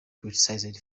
criticised